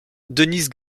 dennis